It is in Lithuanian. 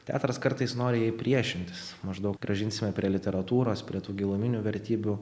teatras kartais nori jai priešintis maždaug grąžinsime prie literatūros prie tų giluminių vertybių